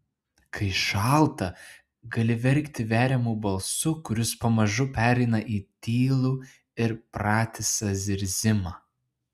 kai šalta gali verkti veriamu balsu kuris pamažu pereina į tylų ir pratisą zirzimą